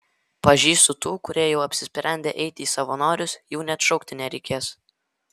pažįstu tų kurie jau apsisprendę eiti į savanorius jų net šaukti nereikės